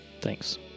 thanks